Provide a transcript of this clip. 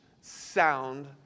sound